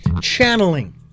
channeling